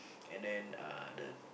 and then uh the